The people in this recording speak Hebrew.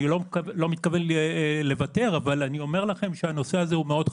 אני לא מתכוון לוותר אבל אני אומר לכם שהנושא הזה הוא מאוד חמור.